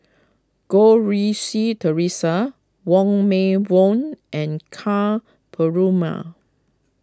Goh Rui Si theresa Wong Meng Voon and Ka Perumal